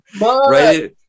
right